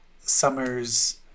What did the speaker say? Summers